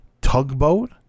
Tugboat